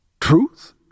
Truth